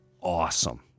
awesome